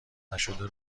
نشده